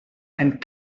and